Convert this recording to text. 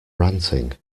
ranting